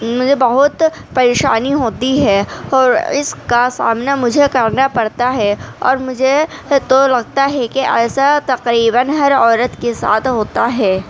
مجھے بہت پریشانی ہوتی ہے اور اس کا سامنا مجھے کرنا پڑتا ہے اور مجھے تو لگتا ہے کہ ایسا تقریباً ہر عورت کے ساتھ ہوتا ہے